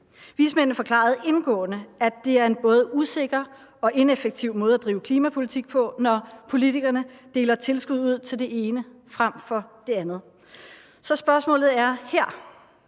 Vismændene forklarede indgående, at det er en både usikker og ineffektiv måde at drive klimapolitik på, når politikerne deler tilskud ud til det ene frem for det andet. Så spørgsmålet er her: